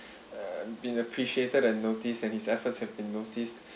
uh been appreciated and noticed that his efforts have been noticed